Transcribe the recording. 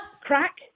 Crack